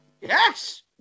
yes